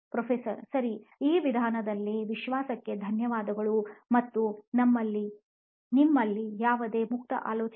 professor ಸರಿ ಈ ವಿಧಾನದಲ್ಲಿನ ವಿಶ್ವಾಸಕ್ಕೆ ಧನ್ಯವಾದಗಳು ಮತ್ತೆ ನಿಮ್ಮಲ್ಲಿ ಯಾವುದೇ ಮುಕ್ತ ಆಲೋಚನೆಗಳು